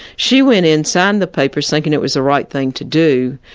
she went in, signed the papers, thinking it was the right thing to do.